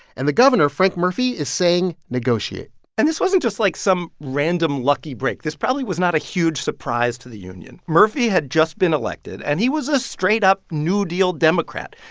and the governor, frank murphy, is saying negotiate and this wasn't just, like, some random, lucky break. this probably was not a huge surprise to the union. murphy had just been elected, and he was a straight-up new deal democrat.